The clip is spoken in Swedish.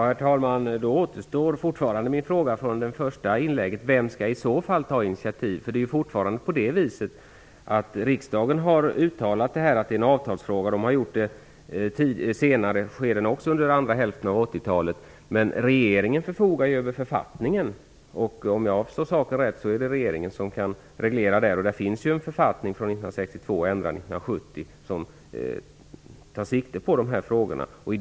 Herr talman! Då återstår fortfarande frågan från mitt första inlägg. Vem skall i så fall ta initiativ? Riksdagen har uttalat att detta är en avtalsfråga. Det har man gjort i senare skeden också, bl.a. under andra hälften av 80-talet. Men regeringen förfogar ju över författningen. Om jag har förstått saken rätt kan regeringen reglera där. Det finns ju en författning från 1962, ändrad 1970, som tar sikte på dessa frågor.